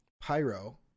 Pyro